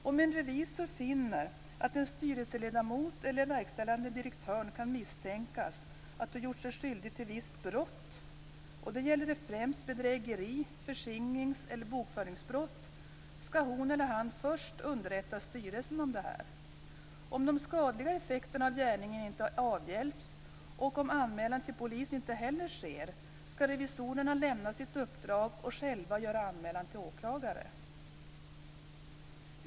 Om en revisor finner att en styrelseledamot eller en verkställande direktör kan misstänkas ha gjort sig skyldig till vissa brott, främst bedrägeri-, förskingrings eller bokföringsbrott, skall hon eller han först underrätta styrelsen om detta. Om de skadliga effekterna av gärningen inte har avhjälpts och om anmälan till polis inte heller sker skall revisorn lämna sitt uppdrag och själv göra anmälan till åklagare.